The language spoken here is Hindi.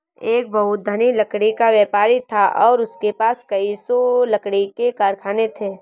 एक बहुत धनी लकड़ी का व्यापारी था और उसके पास कई सौ लकड़ी के कारखाने थे